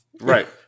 Right